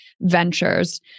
ventures